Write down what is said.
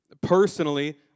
Personally